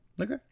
okay